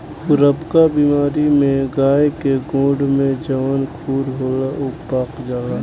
खुरपका बेमारी में गाय के गोड़ में जवन खुर होला उ पाक जाला